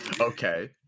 Okay